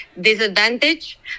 disadvantage